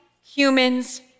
humans